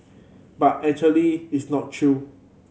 but actually it's not true